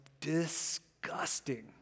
disgusting